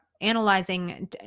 analyzing